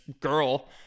girl